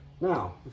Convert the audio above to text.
Now